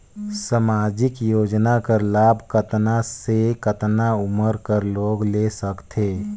समाजिक योजना कर लाभ कतना से कतना उमर कर लोग ले सकथे?